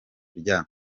rya